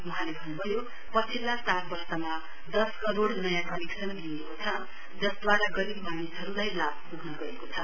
वहाँले भन्न् भयो पछिल्लो चार वर्षमा दस करोड नयाँ कनेक्सन दिइएको छ जसद्वारा गरीब मानिसहरूलाई लाभ पुग्न गएको छ